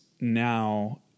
now